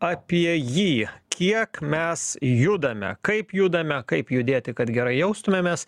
apie jį kiek mes judame kaip judame kaip judėti kad gerai jaustumėmės